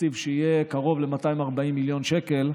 תקציב שיהיה קרוב ל-240 מיליון שקל,